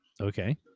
Okay